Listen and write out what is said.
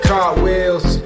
Cartwheels